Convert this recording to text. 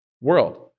world